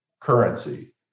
currency